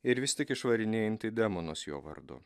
ir vis tik išvarinėjantį demonus jo vardu